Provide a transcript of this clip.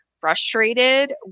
frustrated